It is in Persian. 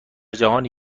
جهانی